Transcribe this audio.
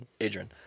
adrian